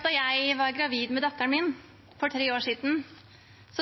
Da jeg var gravid med datteren min for tre år siden,